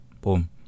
boom